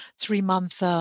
three-month